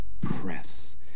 press